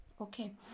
Okay